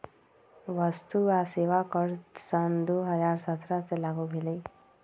वस्तु आ सेवा कर सन दू हज़ार सत्रह से लागू भेलई